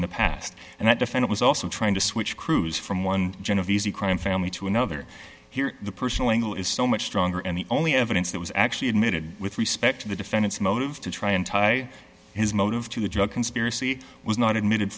in the past and that defended was also trying to switch crews from one genovese the crime family to another here the personal angle is so much stronger and the only evidence that was actually admitted with respect to the defendant's motive to try and tie his motive to the drug conspiracy was not admitted